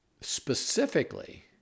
specifically